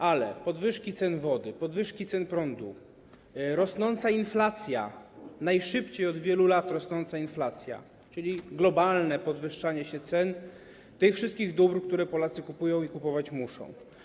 Ale chodzi o podwyżki cen wody, podwyżki cen prądu, rosnącą inflację - najszybciej od wielu lat rosnącą inflację, czyli globalne podwyższanie cen wszystkich dóbr, które Polacy kupują i kupować muszą.